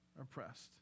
oppressed